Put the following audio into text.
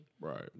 Right